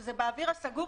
שזה באוויר הפתוח,